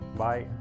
bye